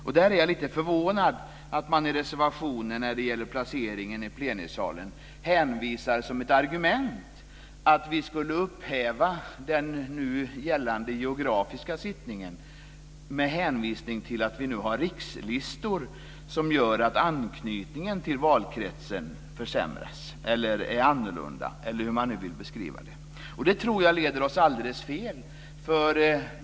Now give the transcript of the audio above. Jag är lite förvånad att man i reservationen när det gäller placeringen i plenisalen anför som ett argument att vi skulle upphäva den nu gällande geografiska sittningen med hänvisning till att vi nu har rikslistor, som gör att anknytningen till valkretsen försämras, är annorlunda eller hur man nu vill beskriva det. Jag tror att det leder oss alldeles fel.